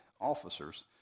officers